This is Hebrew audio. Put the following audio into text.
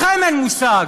לכם אין מושג.